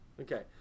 Okay